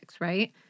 right